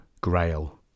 grail